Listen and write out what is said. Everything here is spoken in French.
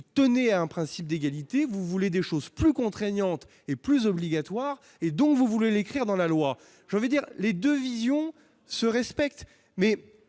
tenez un principe d'égalité, vous voulez des choses plus contraignantes et plus obligatoire et donc vous voulez l'écrire dans la loi, je veux dire les 2 visions se respecte mais